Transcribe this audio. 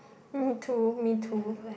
me too me too